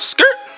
Skirt